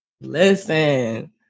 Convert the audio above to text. Listen